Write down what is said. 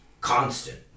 constant